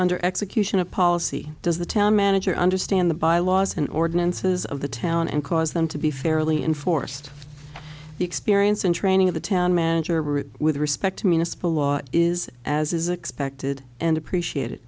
under execution a policy does the town manager understand the by laws and ordinances of the town and cause them to be fairly enforced the experience and training of the town manager route with respect to municipal law is as is expected and